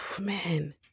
man